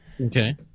Okay